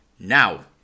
now